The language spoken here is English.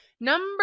number